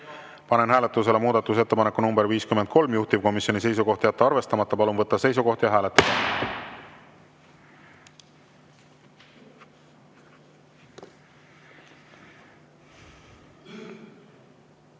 panen hääletusele muudatusettepaneku nr 24, juhtivkomisjoni seisukoht on jätta arvestamata. Palun võtta seisukoht ja hääletada!